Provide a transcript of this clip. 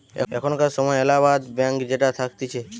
এখানকার সময় এলাহাবাদ ব্যাঙ্ক যেটা থাকতিছে